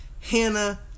Hannah